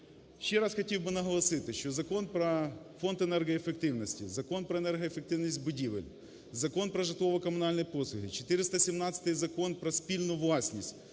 Ще раз хотів би наголосити, що Закон про Фонд енергоефективності, Закон про енергоефективність будівель, Закон про житлово-комунальні послуги, 417 Закон про спільну власність